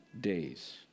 days